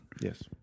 yes